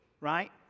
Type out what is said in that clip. right